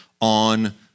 on